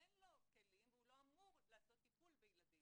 אין לו כלים והוא לא אמור לעשות טיפול בילדים.